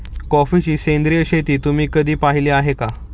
कॉफीची सेंद्रिय शेती तुम्ही कधी पाहिली आहे का?